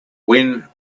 when